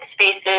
spaces